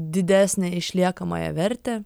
didesnę išliekamąją vertę